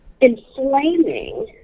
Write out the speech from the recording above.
inflaming